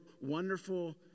wonderful